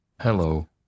Hello